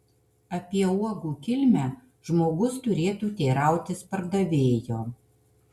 apie uogų kilmę žmogus turėtų teirautis pardavėjo